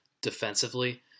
defensively